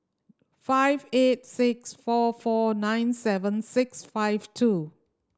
five eight six four four nine seven six five two